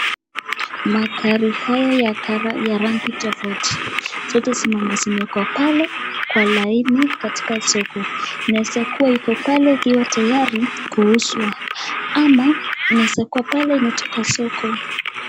Magari haya ya rangi tofauti, zote zimeekwa pale kwa laini katika soko. Inaezakua iko pale ikiwa tayari kuuzwa ama inaezakua imetoka soko.